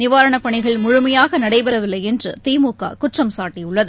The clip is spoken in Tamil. நிவாரணப் பணிகள் முழுமையாகநடபெறவில்லைஎன்றுதிமுககுற்றம் சாட்டியுள்ளது